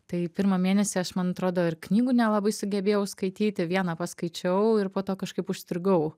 tai pirmą mėnesį aš man atrodo ir knygų nelabai sugebėjau skaityti vieną paskaičiau ir po to kažkaip užstrigau